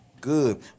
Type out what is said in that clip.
good